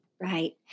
Right